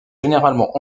généralement